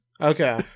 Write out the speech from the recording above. Okay